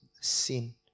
sin